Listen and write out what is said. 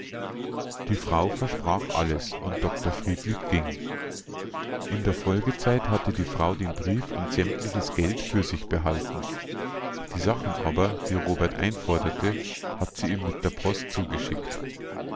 die frau versprach alles und dr friedlieb ging in der folgezeit hat die frau den brief und sämtliches geld für sich behalten die sachen aber die robert einforderte hat sie ihm mit der post zugeschickt